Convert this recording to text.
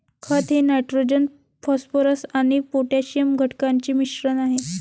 खत हे nitrogen phosphorus आणि पोटॅशियम घटकांचे मिश्रण आहे